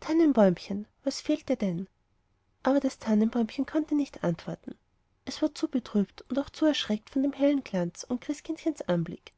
tannenbäumchen was fehlt dir denn aber das bäumchen konnte nicht antworten es war zu betrübt und auch zu erschreckt von dem hellen glanz und christkindchens anblick